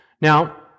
Now